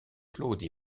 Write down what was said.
claude